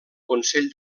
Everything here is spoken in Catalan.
consell